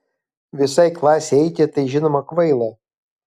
visai klasei eiti tai žinoma kvaila